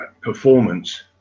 performance